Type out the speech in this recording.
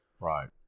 Right